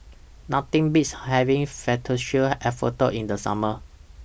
Nothing Beats having Fettuccine Alfredo in The Summer